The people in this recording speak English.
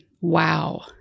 wow